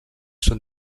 són